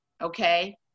okay